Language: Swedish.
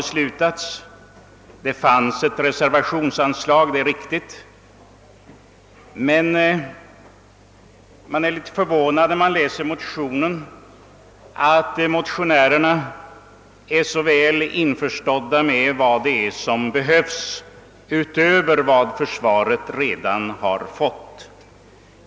Det finns visserligen ett reservationsanslag, men jag är något förvånad över motionärernas välvilja att ge försvaret mer än vad det redan fått.